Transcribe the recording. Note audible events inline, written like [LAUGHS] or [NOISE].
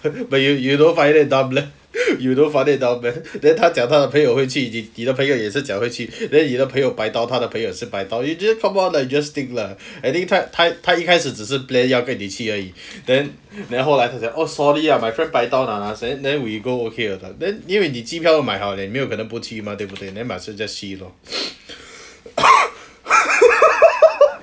but you you don't find it dumb meh you don't find it dumb meh then 他讲他的朋友会去你的朋友也是讲会去 then 你的朋友白到他的朋友也是白到 you know come on lah just think lah I think 他他一开始只是 plan 要跟你去而已 then then 后来他讲 oh sorry lah my friend 白到 on us and then we go okay lah then 因为你机票都买好了你也没有可能不去吗对不对 then might as well just 去 lor [BREATH] [COUGHS] [LAUGHS]